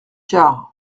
car